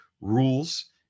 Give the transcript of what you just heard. rules